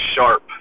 sharp